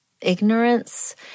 ignorance